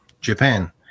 Japan